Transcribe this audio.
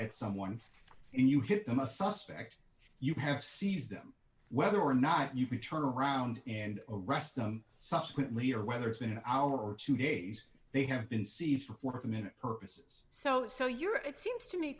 at someone and you hit them a suspect you have seize them whether or not you can turn around and arrest them subsequently or whether it's been an hour or two days they have been see for a minute purposes so so you're it seems to me